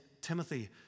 Timothy